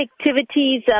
activities